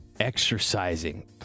exercising